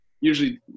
Usually